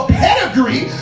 pedigree